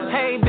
Hey